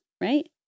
right